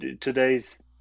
today's